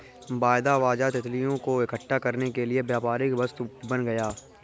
वायदा बाजार तितलियों को इकट्ठा करने के लिए व्यापारिक वस्तु बन गया